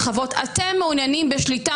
אתם חושבים שאתם תישארו ככה בשלטון